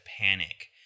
panic